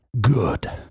Good